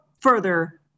further